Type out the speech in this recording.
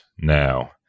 now